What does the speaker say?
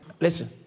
Listen